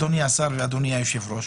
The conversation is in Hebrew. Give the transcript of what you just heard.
אדוני השר ואדוני היושב-ראש,